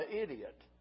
idiot